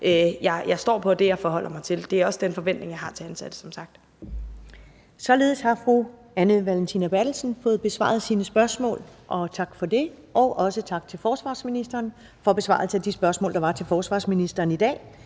jeg står på, og det, jeg forholder mig til. Det er som sagt også den forventning, jeg har til ansatte. Kl. 14:36 Første næstformand (Karen Ellemann): Således har fru Anne Valentina Berthelsen fået besvaret sine spørgsmål, og tak for det. Også tak til forsvarsministeren for besvarelse af de spørgsmål, der var til forsvarsministeren i dag.